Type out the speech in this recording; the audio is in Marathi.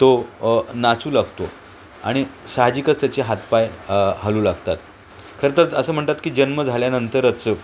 तो नाचू लागतो आणि साहजिकच त्याचे हातपाय हलू लागतात खरं तरच असं म्हणतात की जन्म झाल्यानंतरच